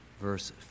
Verse